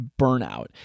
burnout